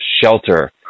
shelter